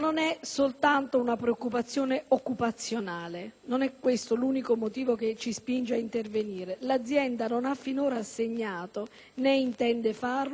non è questo l'unico motivo che ci spinge ad intervenire. L'azienda finora non ha assegnato, né intende farlo, una nuova missione produttiva